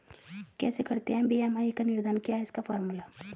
कैसे करते हैं बी.एम.आई का निर्धारण क्या है इसका फॉर्मूला?